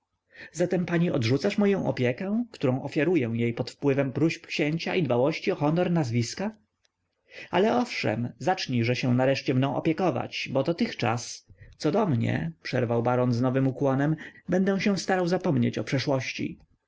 zatem pani odrzucasz moję opiekę którą ofiaruję jej pod wpływem próśb księcia i dbałości o honor nazwiska ale owszem zacznijże się nareszcie mną opiekować bo dotychczas co do mnie przerwał baron z nowym ukłonem będę się starał zapomnieć o przeszłości